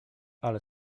ale